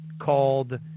called